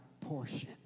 portion